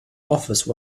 office